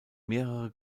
mehrere